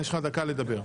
יש לך דקה לדבר.